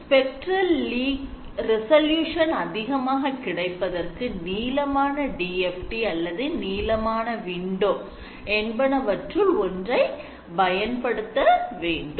Spectral resolution அதிகமாக கிடைப்பதற்கு நீளமான DFT அல்லது நீளமான window என்பனவற்றுள் ஒன்றை பயன்படுத்த வேண்டும்